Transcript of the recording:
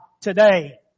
today